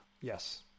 Yes